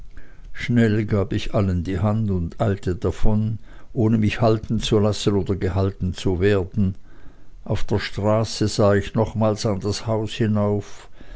schnell gab ich allen die hand und eilte davon ohne mich halten zu lassen oder gehalten zu werden auf der straße sah ich nochmals an das haus hinauf